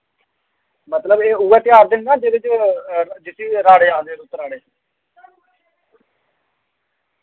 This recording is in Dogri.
मतलब एह् उयै त्यार ते नि ना जिह्दे च जिसी राड़े आखदे रुत्त राड़े